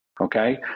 okay